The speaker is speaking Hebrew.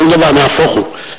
אני לא, שום דבר, נהפוך הוא.